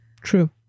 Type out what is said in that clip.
true